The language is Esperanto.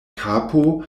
kapo